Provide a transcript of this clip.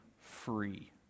free